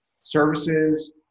services